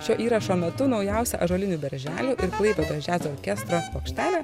šio įrašo metu naujausia ąžuolinių berželių ir klaipėdos džiazo orkestro plokštelė